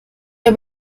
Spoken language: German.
mir